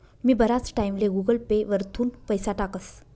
मी बराच टाईमले गुगल पे वरथून पैसा टाकस